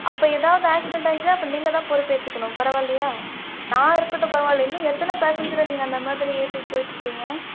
அப்போ ஏதாவது ஆக்ஸிடண்ட் ஆயிடுச்சுன்னா அப்புறோம் நீங்கள் தான் பொறுப்பு ஏற்றுக்கணும் பரவால்லையா நான் இருக்கட்டும் பரவால்ல இன்னும் எத்தனை பேசஞ்சரை நீங்கள் அந்த மாதிரி ஏற்றிட்டு போயிட்டு இருப்பிங்க